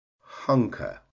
hunker